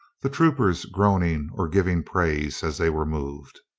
the troopers groaning or giv ing praise as they were moved.